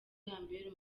yambera